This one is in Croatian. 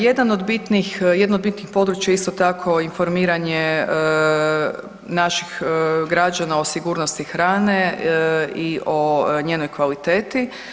Jedan od bitnih, jedno od bitnih područja isto tako informiranje naših građana o sigurnosti hrane i o njenoj kvaliteti.